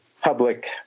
public